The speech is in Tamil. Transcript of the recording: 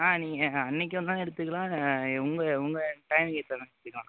நீங்கள் அன்றைக்கு வந்தாலும் எடுத்துக்கலாம் உங்கள் உங்கள் டைம் ஏற்ற மாதிரி எடுத்துக்கலாம்